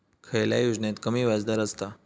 खयल्या योजनेत कमी व्याजदर असता?